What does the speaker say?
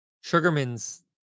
Sugarman's